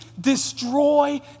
Destroy